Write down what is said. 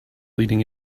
leading